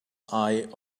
eye